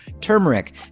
turmeric